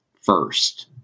first